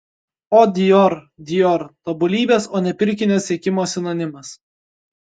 o dior dior tobulybės o ne pirkinio siekimo sinonimas